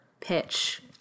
pitch